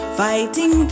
fighting